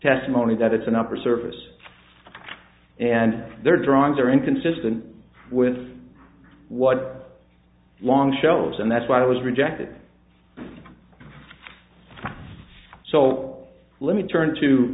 testimony that it's an upper surface and their drawings are inconsistent with what long shelves and that's why it was rejected so let me turn to